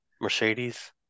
Mercedes